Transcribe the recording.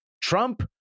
Trump